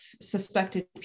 suspected